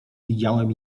widziałem